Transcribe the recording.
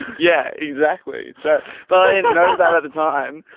yeah, exactly. so, but in, you know that at the time,